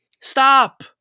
Stop